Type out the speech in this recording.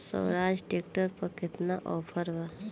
Swaraj tractor पर केतना offer बा?